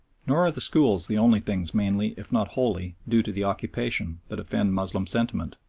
nor are the schools the only things mainly, if not wholly, due to the occupation that offend moslem sentiment,